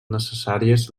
necessàries